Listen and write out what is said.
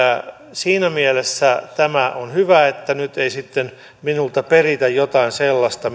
siinä mielessä tämä on hyvä että nyt ei sitten minulta peritä jotain sellaista